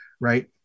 right